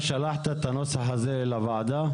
שלחת את הנוסח הזה לוועדה?